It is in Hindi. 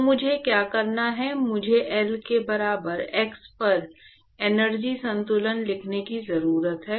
तो मुझे क्या करना है मुझे L के बराबर x पर एनर्जी संतुलन लिखने की जरूरत है